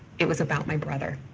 it was about my brother.